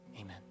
Amen